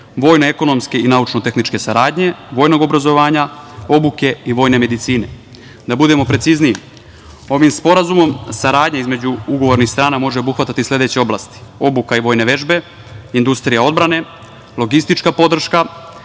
vojno-ekonomske i naučno tehničke saradnje, vojnog obrazovanja, obuke i vojne medicine. Da budemo precizniji, ovim Sporazumom saradnja između ugovornih strana može obuhvatati sledeće oblasti – obuka i vojne vežbe, industrija odbrane, logistička podrška,